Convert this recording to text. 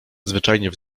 zwyczajnie